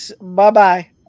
bye-bye